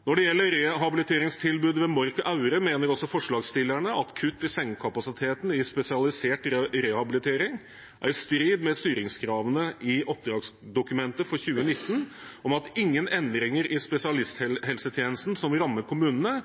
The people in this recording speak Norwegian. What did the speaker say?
Når det gjelder rehabiliteringstilbudet ved Mork og Aure, mener forslagsstillerne at kutt i sengekapasiteten i spesialisert rehabilitering er i strid med styringskravene i oppdragsdokumentet for 2019 om at ingen endringer i spesialisthelsetjenesten som vil ramme kommunene,